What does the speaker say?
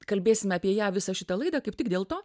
kalbėsime apie ją visą šitą laidą kaip tik dėl to